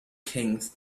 kings